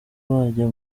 wajya